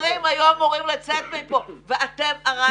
היו אמורים לצאת מכאן ואתם הרסתם את זה.